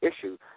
issue